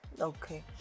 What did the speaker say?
Okay